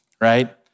right